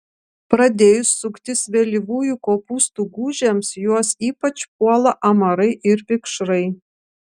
pradėjus suktis vėlyvųjų kopūstų gūžėms juos ypač puola amarai ir vikšrai